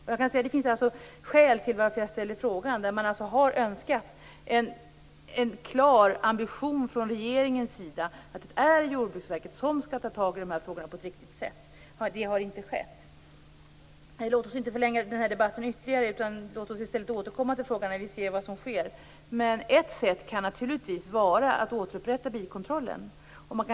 Och jag kan säga att det finns skäl till att jag framställde denna interpellation. Man har alltså önskat se en klar ambition från regeringens sida att det är Jordbruksverket som skall ta tag i dessa frågor på ett riktigt sätt. Det har inte skett. Låt oss inte förlänga denna debatt ytterligare, utan låt oss i stället återkomma till frågan när vi ser vad som sker. Men ett sätt kan naturligtvis vara att återupprätta bikontrollen.